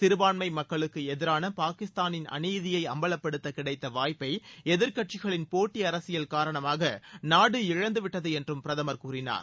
சிறுபான்மை மக்களுக்கு எதிரான பாகிஸ்தானின் அநீதியை அம்பலப்படுத்த கிடைத்த வாய்ப்பை எதிர்க்கட்சிகளின் போட்டி அரசியல் காரணமாக நாடு இழந்துவிட்டது என்றும் பிரதமர் கூறினார்